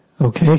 Okay